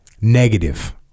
negative